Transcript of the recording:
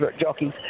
jockeys